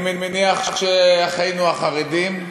אני מניח שאחינו החרדים,